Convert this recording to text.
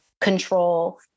control